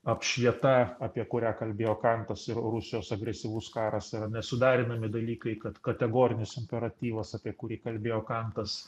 apšvieta apie kurią kalbėjo kantas ir rusijos agresyvus karas yra nesuderinami dalykai kad kategorinis imperatyvas apie kurį kalbėjo kantas